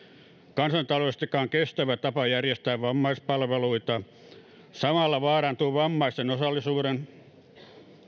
kansantaloudellisestikaan kestävä tapa järjestää vammaispalveluita samalla vaarantuu vammaisten osallisuuden